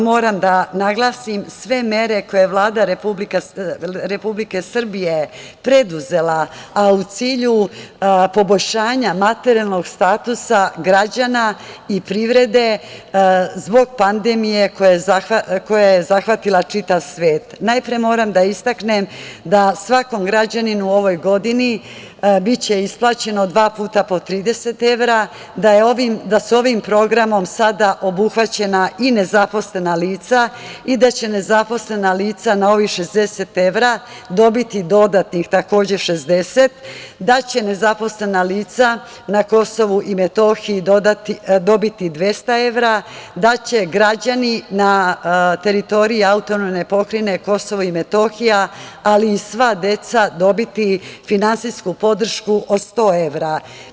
Moram da naglasim da sve mere koje je Vlada Republike Srbije preduzela, a u cilju poboljšanja materijalnog statusa građana i privrede zbog pandemije koja je zahvatila čitav svet, najpre moram da istaknem da svakom građaninu u ovoj godini biće isplaćeno dva puta po 30 evra, da su ovim programom sada obuhvaćena i nezaposlena lica i da će nezaposlena lica na ovih 60 evra dobiti dodatnih takođe 60, da će nezaposlena lica na KiM dobiti 200 evra, da će građani na teritoriji AP KiM, ali i sva deca, dobiti finansijsku podršku od 100 evra.